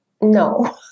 No